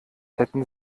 hätten